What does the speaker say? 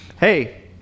Hey